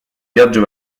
viaggio